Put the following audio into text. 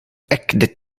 ekde